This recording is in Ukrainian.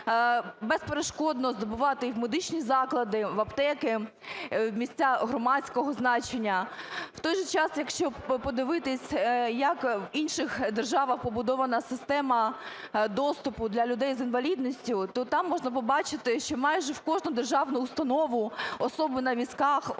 безперешкодно здобувати… і в медичні заклади, в аптеки, в місця громадського значення. В той же час, якщо подивитись як в інших державах побудована система доступу для людей з інвалідністю, то там можна побачити, що майже в кожну державну установу особи на візках,